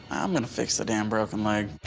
i'm gonna fix the damn broken leg.